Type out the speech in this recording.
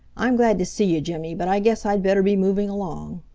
i'm glad to see you, jimmy, but i guess i'd better be moving along.